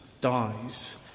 dies